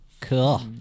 Cool